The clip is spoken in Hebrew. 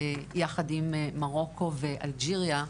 יחד עם מרוקו ואלג'יריה,